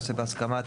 תיעשה בהסכמת